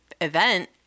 event